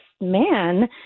man